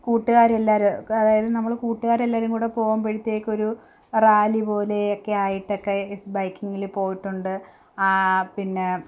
കൂട്ടുകാരെല്ലാവരും അതായത് നമ്മൾ കൂട്ടുകാരെല്ലാവരും കൂടെ പോകുമ്പോഴത്തേക്കൊരു റാലി പോലെയൊക്കെ ആയിട്ടൊക്കെ ബൈക്കിങ്ങിൽ പോയിട്ടുണ്ട് പിന്നെ